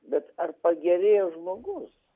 bet ar pagerėjo žmogus